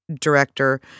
director